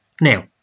Now